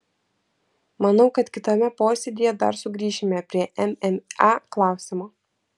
manau kad kitame posėdyje dar sugrįšime prie mma klausimo